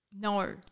No